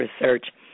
research